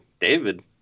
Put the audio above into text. David